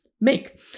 make